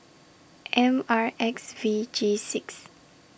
M R X V G six